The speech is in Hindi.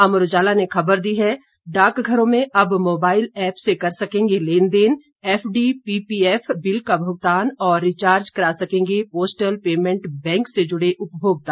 अमर उजाला ने खबर दी है डाकघरों में अब मोबाइल ऐप से कर सकेंगे लेन देन एफडी पीपीएफ बिल का भुगतान और रिचार्ज करा सकेंगे पोस्टल पेमेंट बैंक से जुड़े उपभोक्ता